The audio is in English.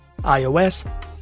iOS